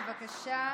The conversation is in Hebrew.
בבקשה,